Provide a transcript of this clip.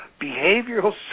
behavioral